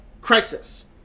Crisis